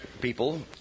people